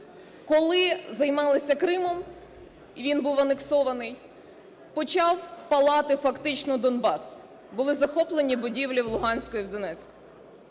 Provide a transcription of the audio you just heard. Коли займалися Кримом, він був анексований, почав палати фактично Донбас. Були захоплені будівлі в Луганську і в Донецьку.